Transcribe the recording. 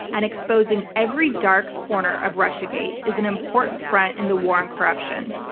and exposing every dark corner of russiagate is an important front in the war on corruption,